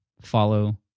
Follow